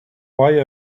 why